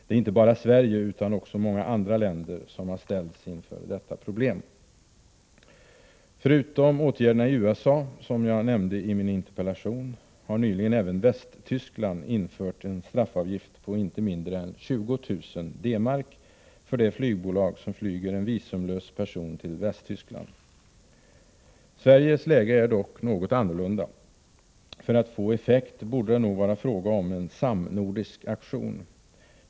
Det är inte bara Sverige utan också många andra länder som har ställts inför detta problem. Förutom åtgärderna i USA, som jag nämnde i min interpellation, har nyligen även Västtyskland infört en straffavgift på inte mindre än 20 000 D-mark för det flygbolag som flyger en visumlös person till Västtyskland. Sveriges läge är dock något annorlunda. För att en sådan åtgärd skall få effekt borde det nog vara fråga om en samnordisk aktion.